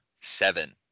seven